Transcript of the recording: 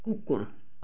कुकुर